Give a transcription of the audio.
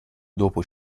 dopo